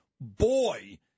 Boy